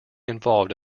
involved